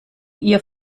ihr